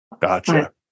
Gotcha